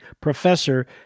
professor